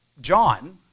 John